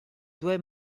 due